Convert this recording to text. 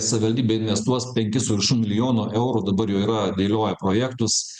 savivaldybė investuos penkis su viršum milijonų eurų dabar jau yra dėlioja projektus